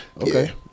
Okay